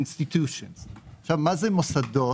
מה זה מוסדות